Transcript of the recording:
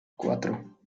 cuatro